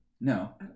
No